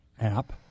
app